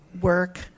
work